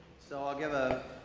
so i'll give a